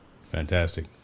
Fantastic